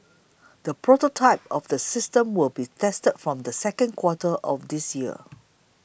the prototype of the system will be tested from the second quarter of this year